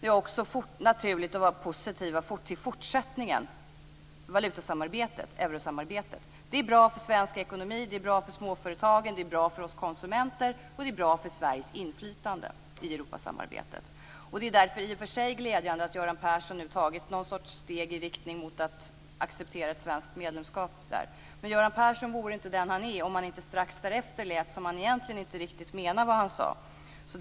Det är också naturligt för oss att vara positiva till fortsättningen, till valutasamarbetet, eurosamarbetet. Det är bra för svensk ekonomi, för småföretagen, för oss konsumenter och det är bra för Sveriges inflytande i Europasamarbetet. Det är i och för sig glädjande att Göran Persson nu har tagit någon sorts steg i riktning mot att acceptera ett svenskt medlemskap i EMU. Men Göran Persson vore inte den han är om han inte strax därefter lät som att han egentligen inte riktigt menade vad han sade.